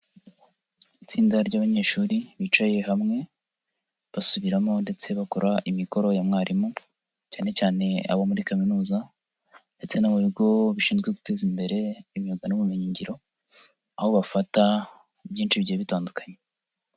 Itsinda ry'abanyeshuri bicaye hamwe, basubiramo ndetse bakora imikoro ya mwarimu cyane cyane abo muri Kaminuza ndetse no mu bigo bishinzwe guteza imbere imyuga n'ubumenyingiro, aho bafata byinshi bigiye bitandukanye.